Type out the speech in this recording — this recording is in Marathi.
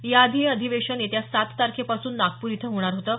याआधी हे अधिवेशन येत्या सात तारखेपासून नागपूर इथं होणार होतं